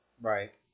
Right